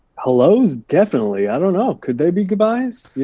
hellos definitely. i don't know, could they be goodbyes? you